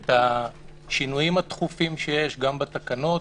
את השינויים התכופים שיש גם בתקנות.